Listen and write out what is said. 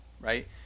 right